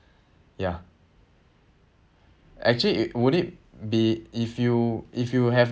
ya actually it would it be if you if you have